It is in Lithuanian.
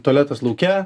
tualetas lauke